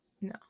No